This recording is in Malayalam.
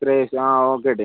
ശ്രേയസ് ആ ഓക്കെ ഏട്ടായി